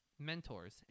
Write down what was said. mentors